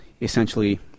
essentially